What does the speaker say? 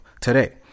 today